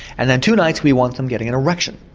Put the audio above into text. and then two nights we want them getting an erection.